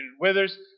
withers